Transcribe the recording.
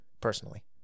personally